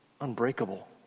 unbreakable